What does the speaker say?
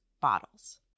bottles